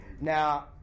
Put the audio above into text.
Now